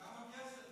כמה כסף,